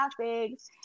topics